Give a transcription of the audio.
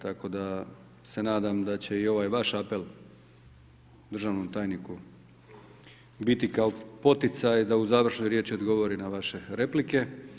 Tako da se nadam da će i ovaj vaš apel državnom tajniku biti kao poticaj da u završnoj riječi odgovori na vaše replike.